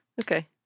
Okay